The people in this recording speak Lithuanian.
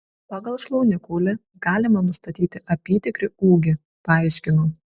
pagal šlaunikaulį galima nustatyti apytikrį ūgį paaiškinau